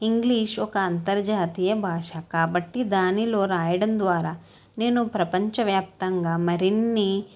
English ఒక అంతర్జాతీయ భాష కాబట్టి దానిలో రాయడం ద్వారా నేను ప్రపంచవ్యాప్తంగా మరిన్ని